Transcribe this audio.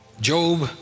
Job